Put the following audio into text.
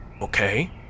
Okay